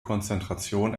konzentration